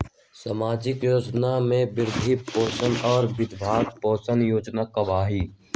सामाजिक योजना में वृद्धा पेंसन और विधवा पेंसन योजना आबह ई?